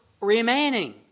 remaining